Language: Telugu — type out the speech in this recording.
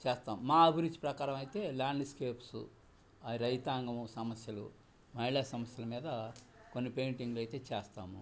చేస్తాం మా అభిరుచి ప్రకారం అయితే ల్యాండ్స్కేప్స్ ఆ రైతాంగము సమస్యలు మహిళ సమస్యల మీద కొన్ని పెయింటింగ్లు అయితే చేస్తాము